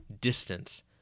distance